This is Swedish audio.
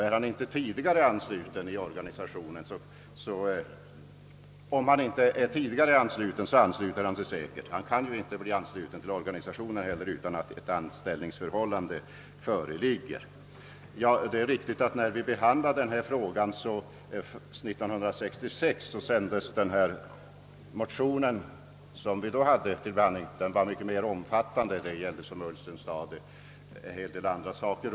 är han inte redan tidigare ansluten till organisationen ansluter han sig säkert då. Han kan ju inte heller anslutas utan att ett anställningsförhållande föreligger. Det är riktigt att när denna fråga var uppe 1966 behandlades en liknande motion men den var mycket mer omfattande. Det gällde som herr Ullsten framhöll också en del andra saker.